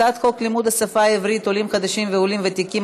הצעת חוק לימוד השפה העברית (עולים חדשים ועולים ותיקים),